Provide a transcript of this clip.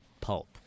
pulp